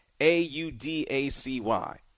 a-u-d-a-c-y